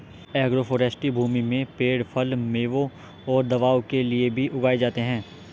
agroforestry भूमि में पेड़ फल, मेवों और दवाओं के लिए भी उगाए जाते है